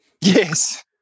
Yes